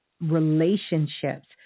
relationships